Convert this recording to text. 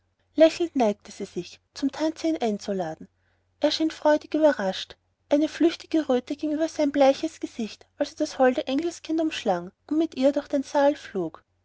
lächelnd neigte sie sich zum tanze ihn einzuladen er schien freudig überrascht eine flüchtige röte ging über sein bleiches gesicht als er das holde engelskind umschlang und mit ihr durch den saal flog